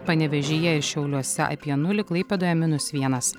panevėžyje ir šiauliuose apie nulį klaipėdoje minus vienas